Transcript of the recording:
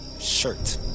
Shirt